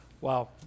wow